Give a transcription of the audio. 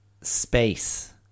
space